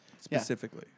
Specifically